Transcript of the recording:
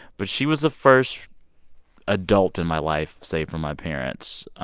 but she was the first adult in my life, save for my parents,